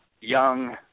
young